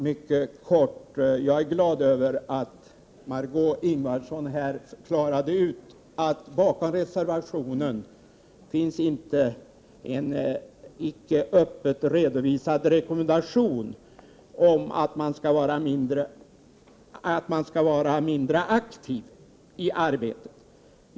Herr talman! Jag är glad över att Margé Ingvardsson har klarat ut att bakom vpk-reservationen finns inte en icke öppet redovisad rekommendation om att man skall vara mindre aktiv i arbetet.